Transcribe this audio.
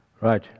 Right